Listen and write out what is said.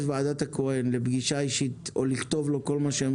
ועדת הכהן לפגישה אישית או לכתוב לו כל מה שהם